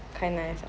quite nice